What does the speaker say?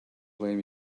blame